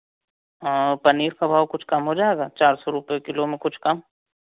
पनीर का भाव कुछ कम हो जाएगा चार सौ रुपये किलो में कुछ कम